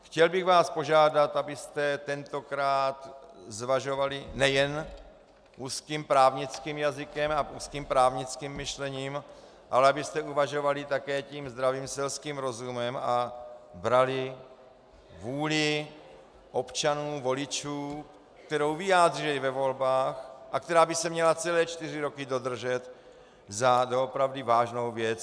Chtěl bych vás požádat, abyste tentokrát zvažovali nejen úzkým právnickým jazykem a úzkým právnickým myšlením, ale abyste uvažovali také tím zdravým selským rozumem a brali vůli občanů voličů, kterou vyjádřili ve volbách a která by se měla celé čtyři roky dodržet, za opravdu vážnou věc.